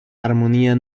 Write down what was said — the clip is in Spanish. armonía